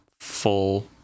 full